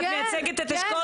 כי את מייצגת את אשכול?